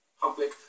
public